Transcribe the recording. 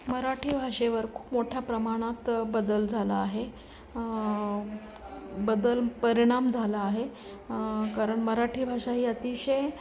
मराठी भाषेवर खूप मोठ्या प्रमाणात बदल झाला आहे बदल परिणाम झाला आहे कारण मराठी भाषा ही अतिशय